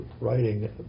writing